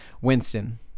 Winston